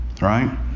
Right